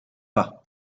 pas